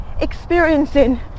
experiencing